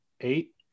eight